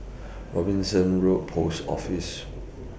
Robinson Road Post Office